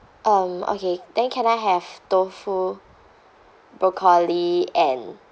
um okay then can I have tofu broccoli and